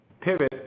Pivot